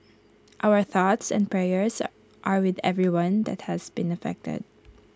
our thoughts and prayers are with everyone that has been affected